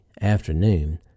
afternoon